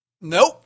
Nope